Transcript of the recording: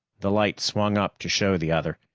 the light swung up to show the other.